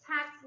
Tax